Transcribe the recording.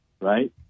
right